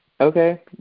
okay